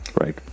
Right